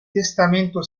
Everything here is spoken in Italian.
testamento